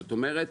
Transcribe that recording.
זאת אומרת,